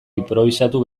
inprobisatu